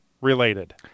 related